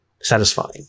satisfying